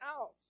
out